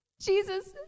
Jesus